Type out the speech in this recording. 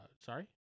sorry